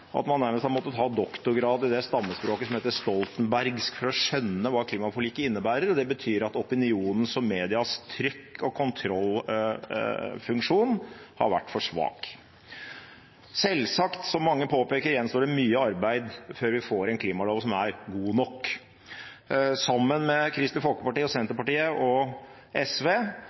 at man nærmest har måttet ha doktorgrad i det stammespråket som heter stoltenbergsk, for å skjønne hva klimaforliket innebærer. Det betyr at opinionens og medias trykk og kontrollfunksjon har vært for svak. Selvsagt – som mange påpeker – gjenstår det mye arbeid før vi får en klimalov som er god nok. Sammen med Kristelig Folkeparti, Senterpartiet og